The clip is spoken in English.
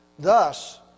Thus